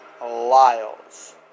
Lyles